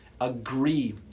agree